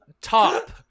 top